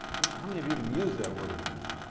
how many of you even use that word anymore?